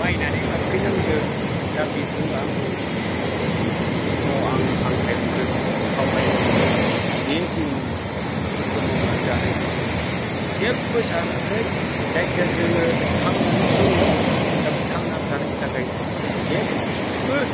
बायनानै लांफैनांदों दा बेखौनो आङो नोंसिनि सिगांङाव आङो हांख्रायहरो खावलायहरो बे जों दुखु खस्थ' मावनानै जानायखौ जों जेबो सानाखै जायखिया जोङो थांनानै दङ दा बि थांनानै थानायनि थाखाय जों जेबो